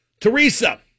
Teresa